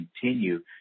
continue